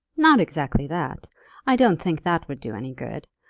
not exactly that i don't think that would do any good.